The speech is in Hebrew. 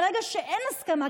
ברגע שאין הסכמה,